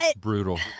Brutal